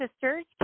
sisters